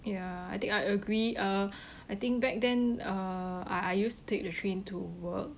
ya I think I agree uh I think back then uh I I used to take the train to work